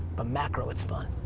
but macro it's fun.